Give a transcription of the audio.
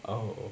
oh